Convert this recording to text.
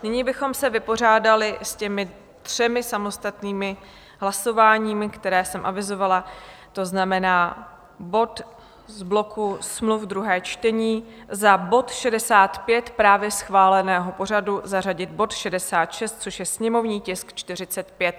Nyní bychom se vypořádali s těmi třemi samostatnými hlasováními, která jsem avizovala, to znamená bod z bloku smluv, druhé čtení, za bod 65 právě schváleného pořadu zařadit bod 66, což je sněmovní tisk 45.